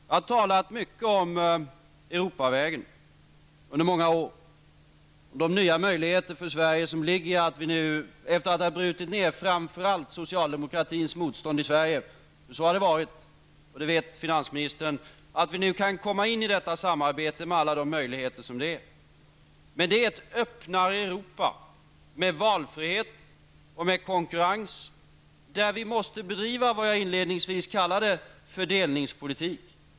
Jag har under många år talat mycket om Europavägen och de nya möjligheter för Sverige som ligger i att vi nu, efter att ha brutit ner framför allt socialdemokratins motstånd i Sverige -- så har det nämligen varit, och det vet finansministern -- kan komma in i detta samarbete med alla de möjligheter som de innebär. Men det är ett öppnare Europa med valfrihet och konkurrens, där vi måste bedriva vad jag inledningsvis kallade fördelningspolitik.